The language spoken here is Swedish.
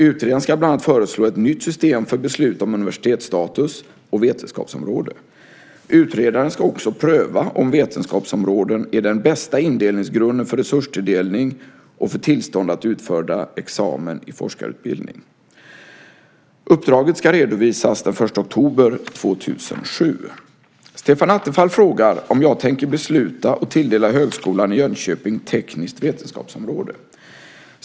Utredaren ska bland annat föreslå ett nytt system för beslut om universitetsstatus och vetenskapsområde. Utredaren ska också pröva om vetenskapsområden är den bästa indelningsgrunden för resurstilldelning och för tillstånd att utfärda examen i forskarutbildning. Uppdraget ska redovisas den 1 oktober 2007. Stefan Attefall frågar om jag tänker besluta att tilldela Högskolan i Jönköping tekniskt vetenskapsområde.